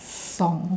song